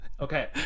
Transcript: Okay